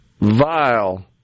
vile